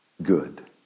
good